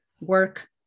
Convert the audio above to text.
work